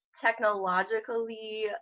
Technologically